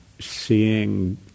seeing